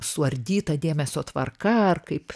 suardyta dėmesio tvarka ar kaip